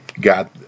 got